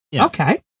okay